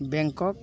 Bangkok